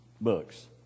books